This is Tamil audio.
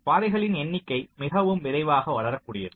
பாதைகளின் எண்ணிக்கை மிகவும் விரைவாக வளரக்கூடியது